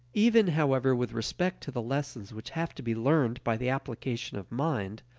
even, however, with respect to the lessons which have to be learned by the application of mind,